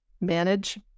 manage